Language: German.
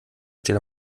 steht